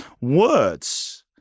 words